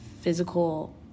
physical